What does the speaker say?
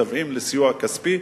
משוועים לסיוע כספי,